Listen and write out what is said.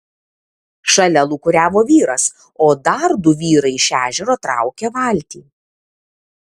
šalia lūkuriavo vyras o dar du vyrai iš ežero traukė valtį